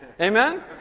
amen